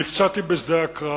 נפצעתי בשדה הקרב,